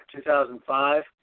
2005